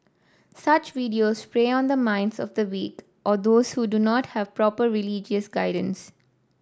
such videos prey on the minds of the weak or those who do not have proper religious guidance